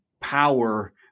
power